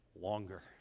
longer